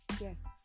Yes